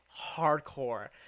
hardcore